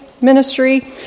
Ministry